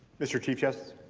mr. chief justice